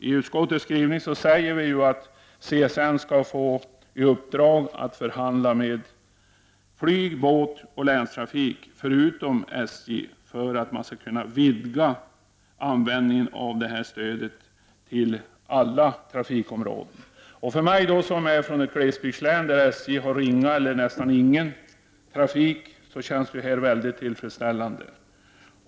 I utskottets skrivning säger vi att CSN skall få i uppdrag att förhandla med flygoch båtbolag och länstrafikbolag förutom med SJ för att kunna vidga användningen av detta stöd till alla trafikområden. För mig, som är från ett glesbygdslän, där SJ har ringa eller nästan ingen trafik, känns detta mycket tillfredsställande.